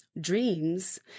dreams